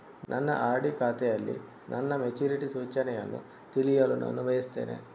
ನನ್ನ ಆರ್.ಡಿ ಖಾತೆಯಲ್ಲಿ ನನ್ನ ಮೆಚುರಿಟಿ ಸೂಚನೆಯನ್ನು ತಿಳಿಯಲು ನಾನು ಬಯಸ್ತೆನೆ